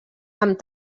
amb